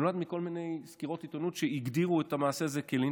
זה נולד מכל מיני סקירות עיתונות שהגדירו את המעשה הזה כלינץ'.